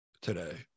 today